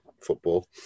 football